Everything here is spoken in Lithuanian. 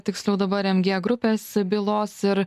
tiksliau dabar mg grupės bylos ir